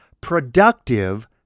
productive